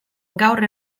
gaur